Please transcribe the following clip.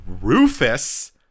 Rufus